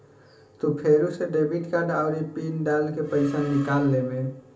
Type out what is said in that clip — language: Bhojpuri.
तू फेरू से डेबिट कार्ड आउरी पिन डाल के पइसा निकाल लेबे